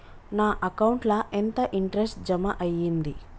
నా అకౌంట్ ల ఎంత ఇంట్రెస్ట్ జమ అయ్యింది?